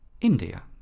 India